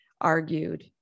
argued